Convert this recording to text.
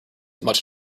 much